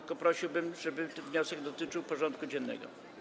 Tylko prosiłbym, żeby wniosek dotyczył porządku dziennego.